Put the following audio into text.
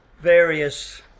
various